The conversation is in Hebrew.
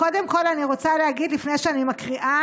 קודם כול, אני רוצה להגיד, לפני שאני מקריאה,